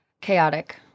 Chaotic